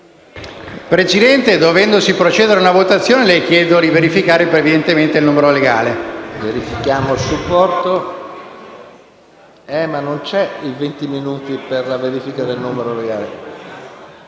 Presidente, dovendosi procedere ad una votazione le chiedo di verificare preliminarmente